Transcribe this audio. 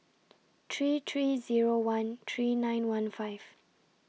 three three Zero one three nine one five